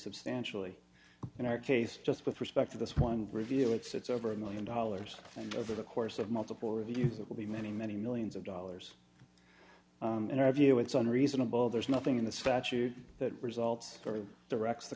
substantially in our case just with respect to this one review it's over a million dollars and over the course of multiple reviews it will be many many millions of dollars in our view it's on reasonable there's nothing in the statute that results vary directs the